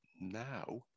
now